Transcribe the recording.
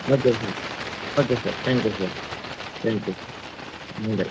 okay sir okay sir thank you sir thank you sir hmm by